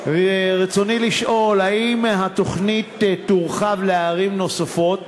ברצוני לשאול: 1. האם התוכנית תורחב לערים נוספות?